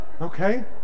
Okay